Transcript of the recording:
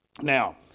Now